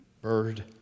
bird